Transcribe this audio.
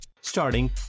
Starting